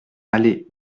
allée